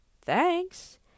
thanks